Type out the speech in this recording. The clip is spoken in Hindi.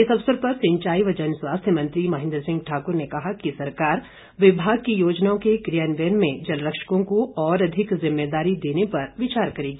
इस अवसर पर सिंचाई व जनस्वास्थ्य मंत्री महेन्द्र सिंह ठाकुर ने कहा कि सरकार विभाग की योजनाओं के कियान्वयन में जल रक्षकों को और अधिक ज़िम्मेदारी देने पर विचार करेगी